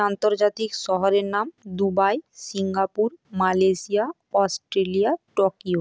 আন্তর্জাতিক শহরের নাম Dubai Singapore Malaysia Australia Tokyo